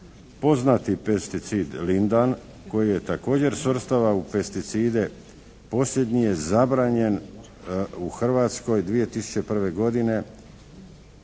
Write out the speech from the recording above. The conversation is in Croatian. Poznati pesticid lindan koji je također svrstavan u pesticide posljednji je zabranjen u Hrvatskoj 2001. godine,